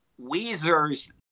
Weezer's